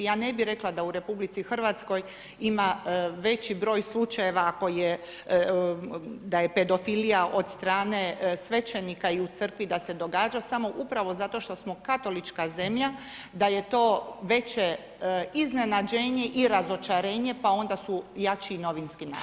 Ja ne bi rekla da u RH ima veći broj slučajeva da je pedofilija od strane svećenika i u crkvi, da se događa, samo upravo zato što smo katolička zemlja, da je to veće iznenađenje i razočarenje, pa onda su jači novinski natpisi.